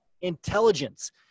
intelligence